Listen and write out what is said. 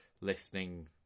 listening